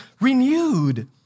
renewed